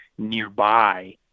nearby